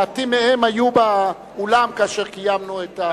מעטים מהם היו באולם כאשר קיימנו את האזכרה.